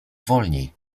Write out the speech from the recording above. wolniej